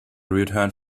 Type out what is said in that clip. returned